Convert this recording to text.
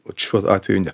vat šiuo atveju ne